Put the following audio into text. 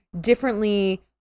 differently